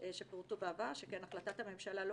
שפורטו בעבר, שכן החלטת הממשלה לא